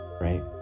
right